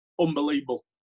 unbelievable